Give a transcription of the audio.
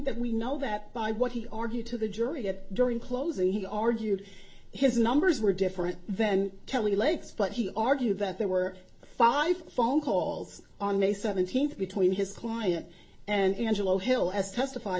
that we know that by what he argued to the jury it during closing he argued his numbers were different then kelly lakes but he argued that there were five phone calls on may seventeenth between his client and angelo hill as testif